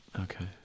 Okay